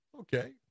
Okay